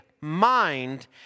mind